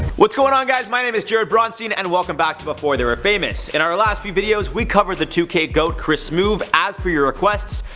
what's going on guys? my name is jarred bronstein and welcome back to before they were famous. in our last few videos we covered the two k goat chris smoove as per your requests,